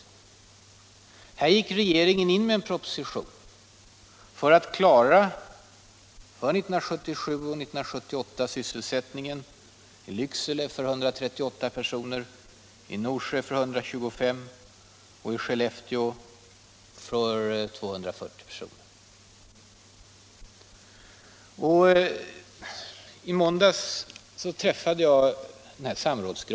Men här gick regeringen ut med en proposition för att under 1977 och 1978 klara sysselsättningen för 138 personer i Lycksele, för 125 anställda i Norsjö och för 240 personer i Skellefteå. I måndags träffade jag samrådsgruppen i Skellefteå.